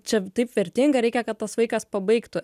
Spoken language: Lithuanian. čia taip vertinga reikia kad tas vaikas pabaigtų